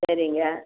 சரிங்க